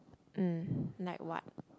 mm like what